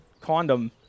condom